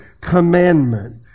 commandment